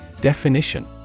Definition